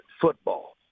football